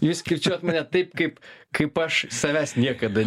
jūs kirčiuojat mane taip kaip kaip aš savęs niekada